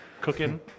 Cooking